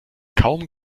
kaum